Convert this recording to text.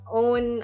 own